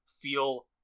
feel